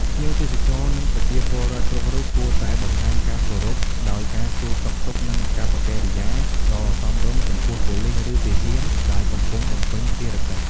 ភ្ញៀវទេសចរណ៍និងប្រជាពលរដ្ឋគ្រប់រូប គួរតែបង្ហាញការគោរពដោយការសួរសុខទុក្ខនិងអាកប្បកិរិយាដ៏សមរម្យចំពោះប៉ូលិស ឬទាហានដែលកំពុងបំពេញភារកិច្ច។